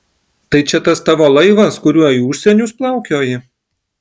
tai čia tas tavo laivas kuriuo į užsienius plaukioji